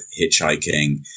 hitchhiking